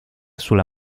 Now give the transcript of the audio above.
sulla